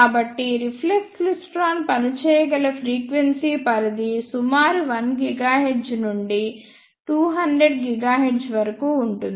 కాబట్టి reflex klystron పని చేయగల ఫ్రీక్వెన్సీ పరిధి సుమారు 1 GHz నుండి 200 GHz వరకు ఉంటుంది